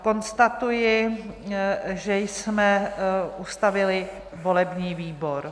Konstatuji, že jsme ustavili volební výbor.